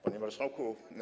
Panie Marszałku!